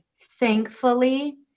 Thankfully